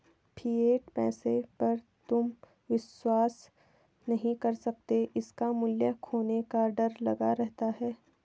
fiat पैसे पर तुम विश्वास नहीं कर सकते इसका मूल्य खोने का डर लगा रहता है